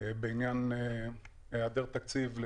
אנחנו